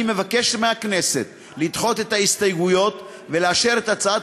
אני מבקש מהכנסת לדחות את ההסתייגויות ולאשר את הצעת